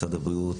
משרד הבריאות,